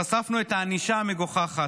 חשפנו את הענישה המגוחכת,